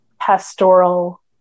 pastoral